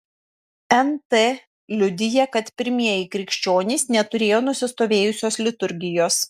nt liudija kad pirmieji krikščionys neturėjo nusistovėjusios liturgijos